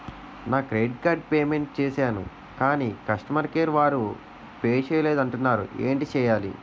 నా credit card payment చేసాను కాని కస్టమర్ కేర్ వారు పే చేయలేదు అంటున్నారు ఏంటి చేయాలి?